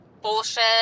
bullshit